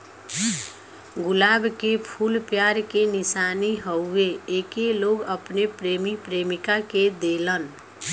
गुलाब के फूल प्यार के निशानी हउवे एके लोग अपने प्रेमी प्रेमिका के देलन